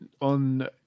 on